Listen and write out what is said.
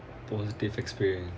positive experience